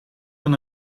van